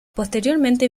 posteriormente